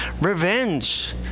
Revenge